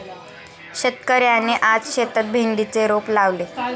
शेतकऱ्याने आज शेतात भेंडीचे रोप लावले